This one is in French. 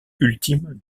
ultime